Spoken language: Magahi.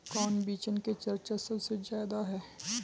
कौन बिचन के चर्चा सबसे ज्यादा है?